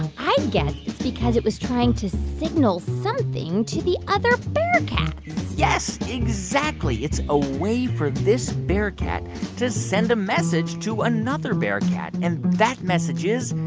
i'd guess it's because it was trying to signal something to the other bearcats yes, exactly. it's a way for this bearcat to send a message to another bearcat. and that message is,